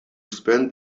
spend